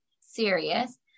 serious